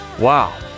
Wow